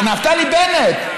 נפתלי בנט.